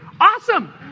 Awesome